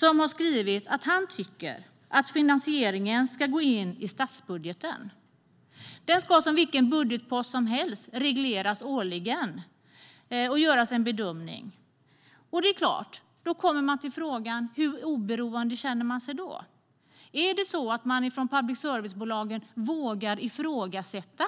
Han har skrivit att han tycker att finansieringen ska gå in i statsbudgeten. Den ska som vilken budgetpost som helst regleras årligen, och det ska göras en bedömning. Då uppkommer frågan: Hur oberoende känner man sig då? Vågar man då från public service-bolagen ifrågasätta